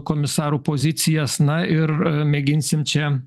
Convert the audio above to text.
komisarų pozicijas na ir mėginsim čia